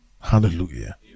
hallelujah